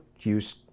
use